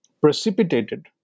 precipitated